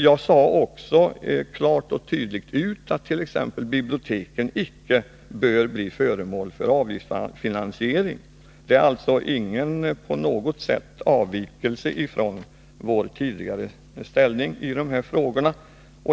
Jag sade också klart och tydligt att biblioteken icke bör bli föremål för avgiftsfinansiering. Det handlar alltså inte på något sätt om en avvikelse från vårt tidigare ställningstagande i de här frågorna.